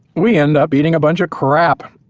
we end up eating a bunch of crap,